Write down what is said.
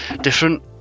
different